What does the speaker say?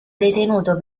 detenuto